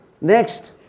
Next